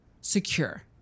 secure